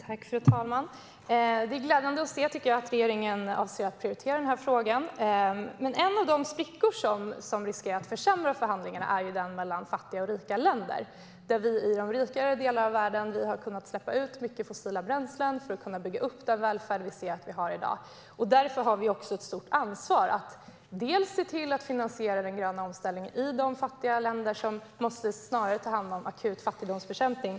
Fru talman! Det är glädjande att se, tycker jag, att regeringen avser att prioritera den här frågan. Men en av de sprickor som riskerar att försämra förhandlingarna är den mellan fattiga och rika länder. Vi i de rikare delarna av världen har kunnat släppa ut mycket fossila bränslen för att kunna bygga upp den välfärd vi har i dag. Därför har vi ett stort ansvar för att se till att finansiera den gröna omställningen i de fattiga länder som snarare måste ta hand om akut fattigdomsbekämpning.